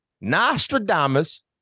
Nostradamus